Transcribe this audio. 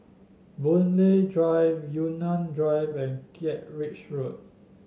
Boon Lay Drive Yunnan Drive and Kent Ridge Road